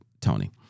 Tony